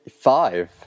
five